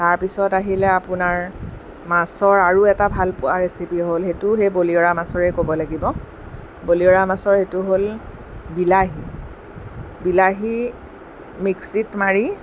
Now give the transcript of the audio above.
তাৰপিছত আহিলে আপোনাৰ মাছৰ আৰু এটা ভালপোৱা ৰেচিপি হ'ল সেইটোও সেই বলিয়ৰা মাছৰেই ক'ব লাগিব বলিয়ৰা মাছৰ সেইটো হ'ল বিলাহী বিলাহী মিক্সিত মাৰি